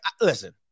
listen